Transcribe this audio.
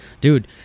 dude